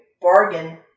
bargain